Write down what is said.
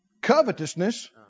covetousness